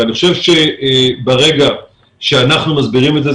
אני חושב שברגע שאנחנו מסבירים את זה,